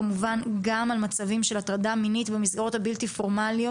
על מצבים של הטרדה מינית במסגרות הבלתי פורמליות.